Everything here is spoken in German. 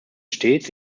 stets